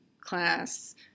class